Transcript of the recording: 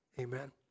Amen